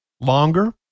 longer